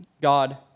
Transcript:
God